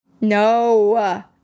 No